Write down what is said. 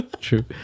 True